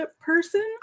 person